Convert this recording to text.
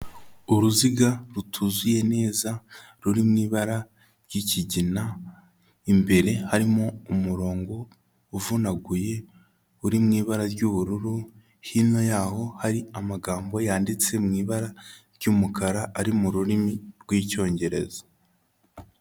Uruziga rutuzuye neza ruri mu ibara ry'ikigina, imbere harimo umurongo uvunaguye uri mu ibara ry'ubururu, hino yaho hari amagambo yanditse mu ibara ry'umukara ari mu rurimi rw'icyongereza.